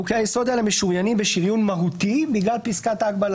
חוקי היסוד האלה משוריינים בשריון מהותי בגלל פסקת ההגבלה.